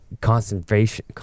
concentration